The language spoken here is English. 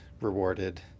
rewarded